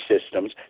systems